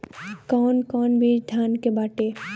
कौन कौन बिज धान के बाटे?